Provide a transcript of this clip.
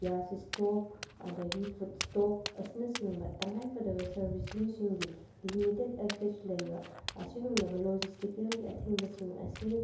gas stop ꯑꯗꯒꯤ food stock ꯑꯁꯤꯅꯆꯤꯡꯕ ꯇꯉꯥꯏꯐꯗꯕ ꯁꯔꯚꯤꯁꯁꯤꯡ ꯁꯤꯡꯒꯤ ꯂꯤꯃꯤꯇꯦꯠ ꯑꯦꯛꯁꯦꯁ ꯂꯩꯕ ꯑꯁꯤꯒꯨꯝꯂꯕ ꯂꯣꯖꯤꯁꯇꯤꯀꯦꯜꯒꯤ ꯑꯊꯤꯡꯕꯁꯤꯡ ꯑꯁꯤꯅ